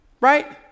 right